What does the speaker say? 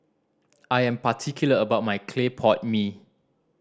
I am particular about my clay pot mee